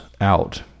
out